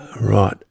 Right